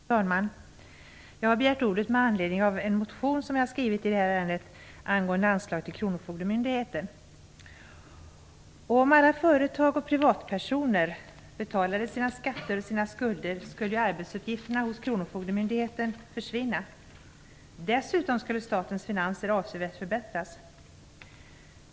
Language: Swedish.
Fru talman! Jag har begärt ordet med anledning av en motion som jag har skrivit i det här ärendet angående anslag till kronofogdemyndigheten. Om alla företag och privatpersoner betalade sina skatter och sina skulder skulle arbetsuppgifterna hos kronofogdemyndigheten försvinna. Dessutom skulle statens finanser avsevärt förbättras.